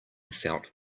felt